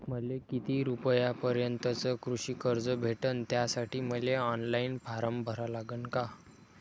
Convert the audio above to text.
मले किती रूपयापर्यंतचं कृषी कर्ज भेटन, त्यासाठी मले ऑनलाईन फारम भरा लागन का?